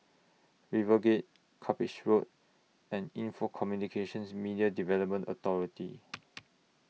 RiverGate Cuppage Road and Info Communications Media Development Authority